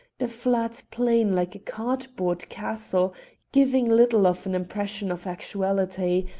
a flat plane like a cardboard castle giving little of an impression of actuality,